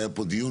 היה פה דיון,